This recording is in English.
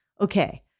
Okay